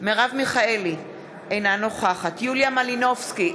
אינה נוכחת יוליה מלינובסקי,